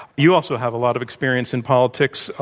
you also have a lot of experience in politics.